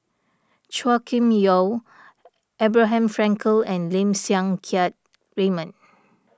Chua Kim Yeow Abraham Frankel and Lim Siang Keat Raymond